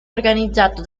organizzato